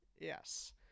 Yes